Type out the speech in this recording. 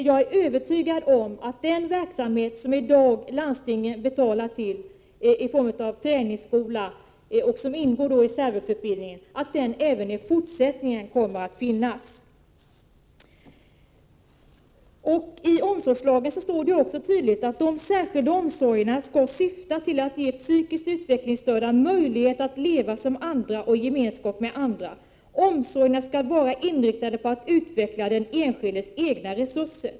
Jag är övertygad om att den verksamhet som i dag bekostas av landstingen i form av träningsskola, som också ingår i särvuxutbildningen, kommer att finnas även i fortsättningen. I omsorgslagen står det tydligt att de särskilda omsorgerna skall syfta till att ge psykiskt utvecklingsstörda möjlighet att leva som andra och i gemenskap med andra. Omsorgerna skall vara inriktade på att utveckla den enskildes egna resurser.